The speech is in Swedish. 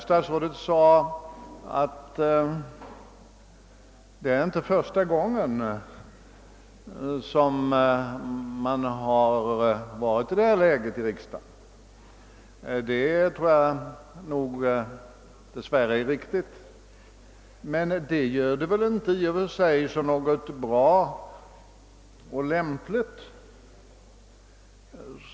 Statsrådet framhöll vidare att detta inte är första gången som riksdagen befinner sig i denna situation. Det tror jag dessvärre är riktigt. Men det betyder i och för sig inte att detta förhållande är bra och lämpligt.